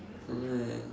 I don't know eh